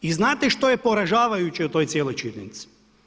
I znate što je poražavajuće u toj cijeloj činjenici?